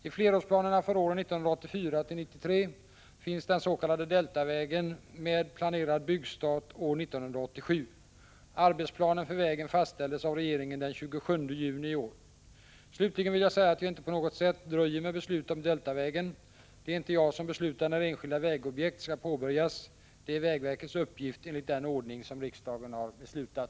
I flerårsplanerna för åren 1984-1993 finns den s.k. Deltavägen med planerad byggstart år 1987. Arbetsplanen för vägen fastställdes av regeringen den 27 juni i år. Slutligen vill jag säga att jag inte på något sätt dröjer med beslut om Deltavägen. Det är inte jag som beslutar när enskilda vägobjekt skall påbörjas. Det är vägverkets uppgift enligt den ordning som riksdagen har beslutat.